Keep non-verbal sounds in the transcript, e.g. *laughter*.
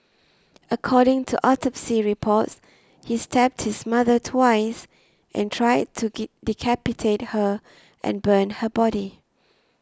according to autopsy reports he stabbed his mother twice and tried to *noise* decapitate her and burn her body